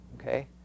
okay